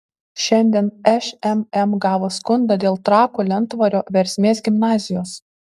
šiandien šmm gavo skundą dėl trakų lentvario versmės gimnazijos